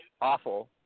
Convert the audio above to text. awful